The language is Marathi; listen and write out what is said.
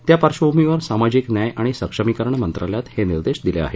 त्या पार्श्वभूमीवर सामाजिक न्याय आणि सक्षमीकरण मंत्रालयात हे निर्देश दिले आहेत